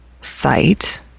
site